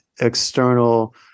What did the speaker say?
external